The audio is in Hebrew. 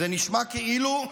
זה נשמע כמו,